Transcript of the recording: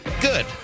Good